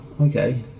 okay